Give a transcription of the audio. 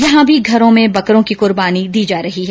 यहां भी घरों में बकरों की कुर्बानी दी जा रही है